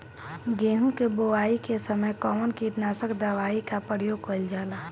गेहूं के बोआई के समय कवन किटनाशक दवाई का प्रयोग कइल जा ला?